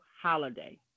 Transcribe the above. holiday